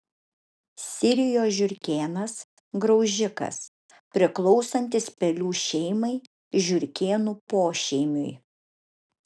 sirijos žiurkėnas graužikas priklausantis pelių šeimai žiurkėnų pošeimiui